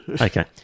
okay